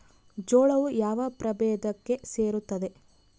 ಜೋಳವು ಯಾವ ಪ್ರಭೇದಕ್ಕೆ ಸೇರುತ್ತದೆ?